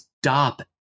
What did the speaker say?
stop